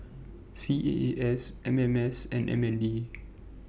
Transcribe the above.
C A A S M M S and M N D